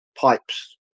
pipes